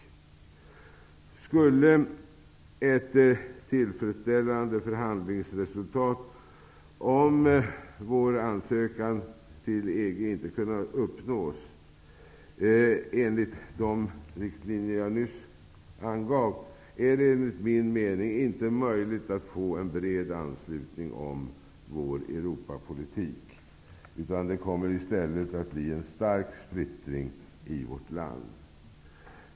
Skulle ett tillfredsställande förhandlingsresultat när det gäller vår ansökan till EG inte kunna uppnås enligt de riktlinjer som jag nyss angav, är det enligt min mening inte möjligt att få en bred anslutning till vår Europapolitik. Det kommer i stället att bli en stark splittring i vårt land.